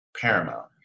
Paramount